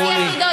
המחירים,